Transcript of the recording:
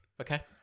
Okay